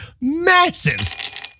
massive